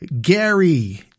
Gary